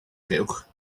fuwch